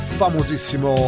famosissimo